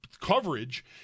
coverage